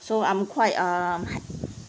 so I'm quite um